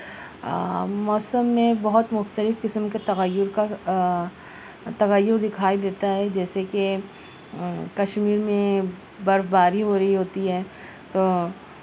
موسم میں بہت مختلف قسم کے تغیر کا تغیر دکھائی دیتا ہے جیسے کہ کشمیر میں برفباری ہو رہی ہوتی ہے تو